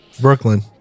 Brooklyn